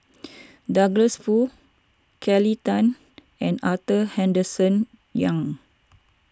Douglas Foo Kelly Tang and Arthur Henderson Young